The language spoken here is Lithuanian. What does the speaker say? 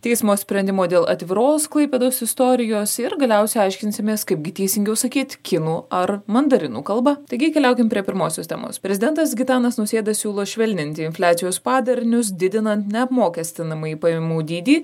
teismo sprendimo dėl atviros klaipėdos istorijos ir galiausiai aiškinsimės kaipgi teisingiau sakyti kinų ar mandarinų kalba taigi keliaukim prie pirmosios temos prezidentas gitanas nausėda siūlo švelninti infliacijos padarinius didinant neapmokestinamąjį pajamų dydį